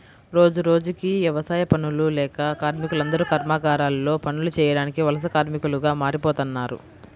రోజురోజుకీ యవసాయ పనులు లేక కార్మికులందరూ కర్మాగారాల్లో పనులు చేయడానికి వలస కార్మికులుగా మారిపోతన్నారు